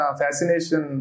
fascination